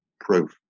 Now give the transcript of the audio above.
proof